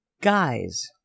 guys